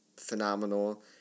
phenomenal